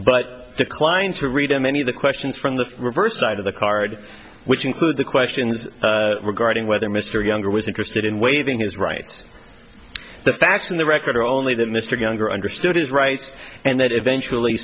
but declined to read them any of the questions from the reverse side of the card which included the questions regarding whether mr younger was interested in waiving his rights that's actually the record or only that mr younger understood his rights and that eventually